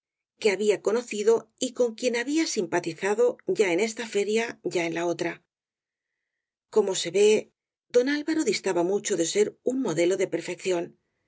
que había conocido y con quien había simpatizado ya en esta feria ya en la otra como se ve don alvaro distaba mucho de ser un modelo de perfección